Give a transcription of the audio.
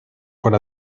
por